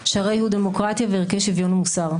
שהרי הוא דמוקרטיה וערכי שוויון ומוסר.